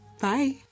Bye